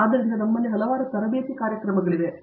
ಆದ್ದರಿಂದ ನಮ್ಮಲ್ಲಿ ಹಲವಾರು ತರಬೇತಿ ಕಾರ್ಯಕ್ರಮಗಳಿವೆ